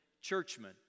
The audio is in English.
churchmen